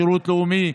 שירות לאומי,